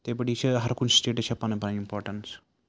یِتھَے پٲٹھی چھِ ہرکُنہِ سٹیٹَس چھِ پَنٕںۍ پَنٕںۍ اِمپاٹنٕس